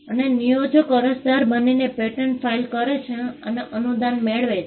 અને નિયોજક અરજદાર બનીને પેટન્ટ ફાઇલ કરે છે અને અનુદાન મેળવે છે